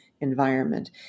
environment